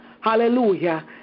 Hallelujah